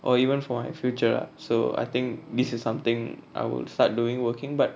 or even for my future so I think this is something I will start doing working but